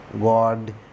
God